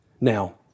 Now